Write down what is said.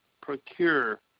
procure